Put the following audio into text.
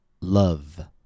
Love